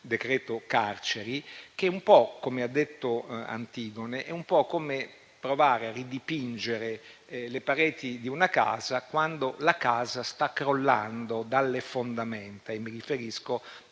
decreto carceri, che è un po' - come ha detto Antigone - come provare a ridipingere le pareti di una casa quando essa sta crollando dalle fondamenta. E mi riferisco al